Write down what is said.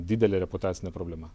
didelė reputacinė problema